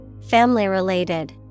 Family-related